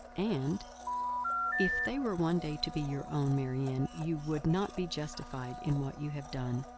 and if they were one day to be your own, marianne, you would not be justified in what you have done.